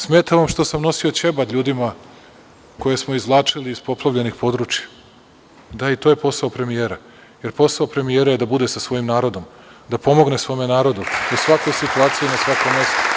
Smeta vam što sam nosio ćebad ljudima koje smo izvlačili iz poplavljenih područja, da, i to je posao premijera, jer posao premijera je da bude sa svojim narodom, da pomogne svom narodu u svakoj situaciji, na svakom mestu.